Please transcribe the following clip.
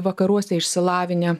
vakaruose išsilavinę